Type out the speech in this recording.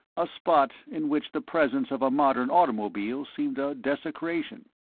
a spot in which the presence of a modern automobile seemed a desecration.